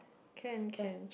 can can